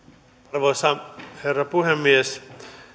arvoisa herra puhemies